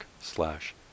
slash